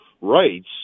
rights